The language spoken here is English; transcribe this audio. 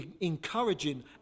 encouraging